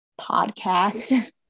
podcast